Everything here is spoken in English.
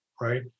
right